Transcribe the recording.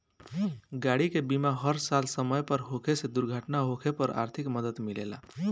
गाड़ी के बीमा हर साल समय पर होखे से दुर्घटना होखे पर आर्थिक मदद मिलेला